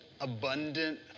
abundant